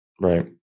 right